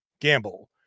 gamble